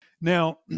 Now